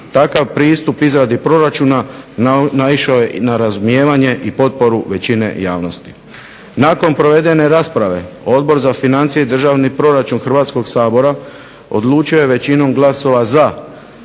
Takav pristup izradi proračuna naišao je na razumijevanje i potporu većine javnosti. Nakon provedene rasprave Odbor za financije i državni proračun Hrvatskog sabora odlučio je većinom glasova za,